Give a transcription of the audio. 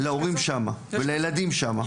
להורים שם ולילדים שם.